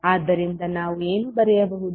ಆದ್ದರಿಂದ ನಾವು ಏನು ಬರೆಯಬಹುದು